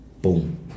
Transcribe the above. Boom